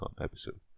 episode